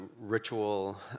ritual